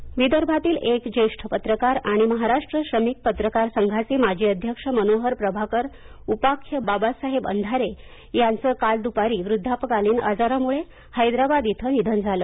अंधारे निधन विदर्भातील एक ज्येष्ठ पत्रकार आणि महाराष्ट्र श्रमिक पत्रकार संघाचे माजी अध्यक्ष मनोहर प्रभाकर उपाख्य बाबासाहेब अंधारे यांचं काल दुपारी वृध्दापकालीन आजारामुळे हैदराबाद इथं निधन झालं